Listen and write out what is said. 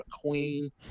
queen